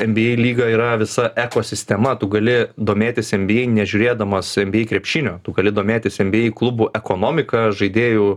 nba lyga yra visa ekosistema tu gali domėtis nba nežiūrėdamas nba krepšinio tu gali domėtis nba klubų ekonomika žaidėjų